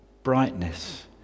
brightness